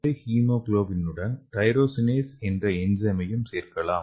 poly ஹீமோகுளோபினுடன் tyrosinase என்ற என்சைமையும் சேர்க்கலாம்